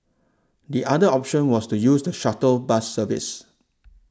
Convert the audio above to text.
the other option was to use the shuttle bus services